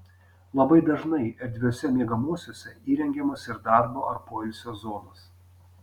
labai dažnai erdviuose miegamuosiuose įrengiamos ir darbo ar poilsio zonos